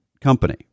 company